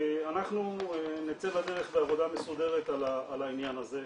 אנחנו נצא לדרך בעבודה מסודרת על העניין הזה,